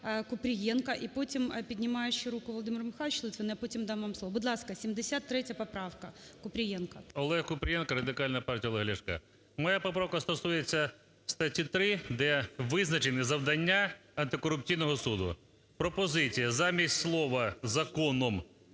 Олег Купрієнко, Радикальна партія Олега Ляшка. Моя поправка стосується статті 3, де визначені завдання антикорупційного суду. Пропозиція замість слова "законом"